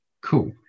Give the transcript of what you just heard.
cool